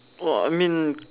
oh I mean